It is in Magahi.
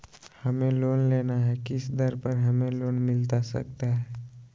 हमें लोन लेना है किस दर पर हमें लोन मिलता सकता है?